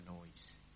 noise